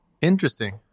Interesting